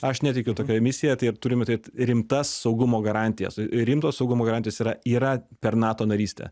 aš netikiu tokia misija tai turime turėt rimtas saugumo garantijas rimtos saugumo garantijos yra yra per nato narystę